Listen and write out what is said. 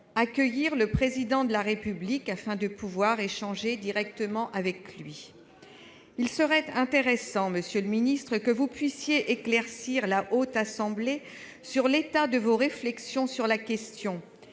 accueillir le Président de la République afin de pouvoir échanger directement avec lui. Il serait intéressant, monsieur le ministre, que vous éclairiez la Haute Assemblée sur l'état de vos réflexions sur la question.